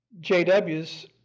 JWs